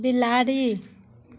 बिलाड़ि